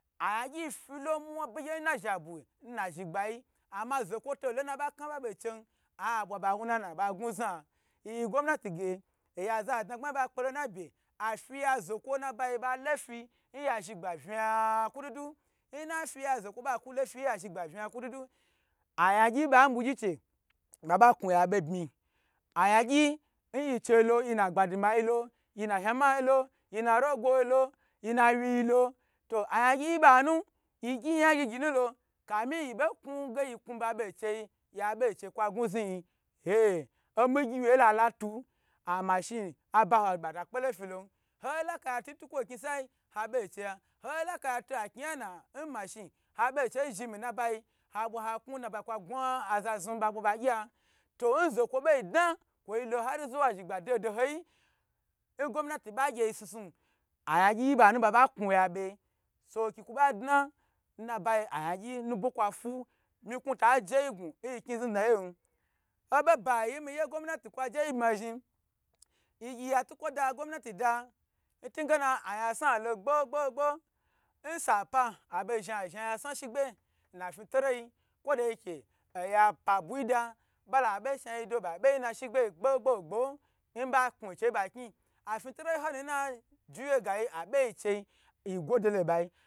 Ayan gyi filo nmwabegy nna zha bu nna zhn gbayi amo zokwo to na aba kna ba be chei abwa ba wu nana ba gnu zun n yiyi gomnati ga oya za dogbayi ba kpo la na ba afuya zokwo nabayi ba lofi nya zhi gba vna kududu nna fiya zokwo ba ku lo fiya zhn gba be bmi ayan gyi n yichu lolo yina gbadumayi lo, yina hamalo, yin rogolo, yinawyi lo to ayangyi ba nu yi gyi yagyi gyi nu lo kami yi bo knu ge ye knu ba be g cheyi ya be che kwa gan zun yin hye omigyi aye kwo la latu amashi aboho ba ta kpele filon nkolakaya tu tukwo n knisaya ha be cheyi nho lakayatu akni yi na n mashi ha be chei n zhni min bayi aka nabayi kwa gna a za zni ba bwa ba gya to n zokwo bo dna ko lo ar zuwa zhigba dodoyi ngomah bagya ye snu snu agan gyi ban baba knu ya be sowoki kwa ba dna n nabayi ayangyi nubwo kwa fu miku ta je yi gnu nyi kni zni dna yen obo bayi miye gomnati kwa jeyi bma zhni yiyi tokwa da gomnatuda ntugena ayimsa lo gho gbo gbo nsa pa abo zhni a zhni yasama shigba nna fitola yi kwo do ke oya oya pa buy da bala bo shagdo babe na shigbeyi gbe gbo gbo nba knu che ba kni afitoloy, honuna juye gayi aboyi chei yigwodelo nbai.